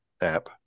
app